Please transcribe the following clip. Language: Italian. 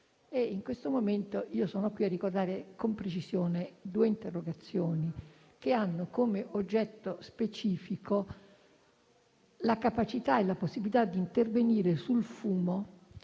In questo momento, sono qui a ricordare con precisione due interrogazioni, che hanno come oggetto specifico la capacità e la possibilità di intervenire sul fumo,